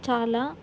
చాలా